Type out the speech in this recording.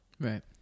Right